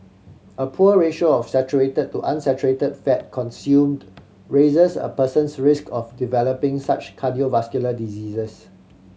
a poor ratio of saturate to unsaturate fat consumed raises a person's risk of developing such cardiovascular diseases